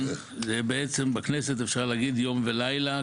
בעצם בכנסת אפשר להגיד יום וילה,